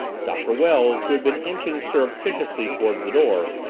doctor wells, who had been inching surreptitiously toward the door,